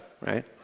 right